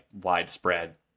widespread